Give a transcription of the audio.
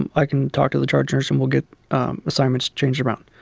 and i can talk to the charge nurse, and we'll get assignments changed around.